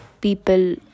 people